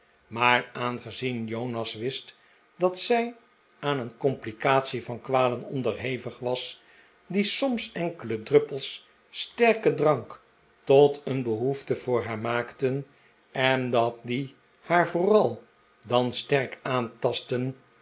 maar aangezien jonas wist dat zij aan een complicatie van kwalen onderhevig was die soms enkele druppels sterken drank tot een behoefte voor haar maakten en dat die haar vooral dan sterk aantastten